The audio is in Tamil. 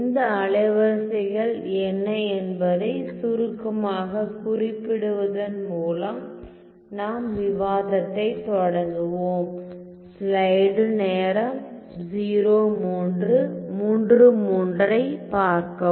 இந்த அலைவரிசைகள் என்ன என்பதை சுருக்கமாகக் குறிப்பிடுவதன் மூலம் நாம் விவாதத்தைத் தொடங்குவோம்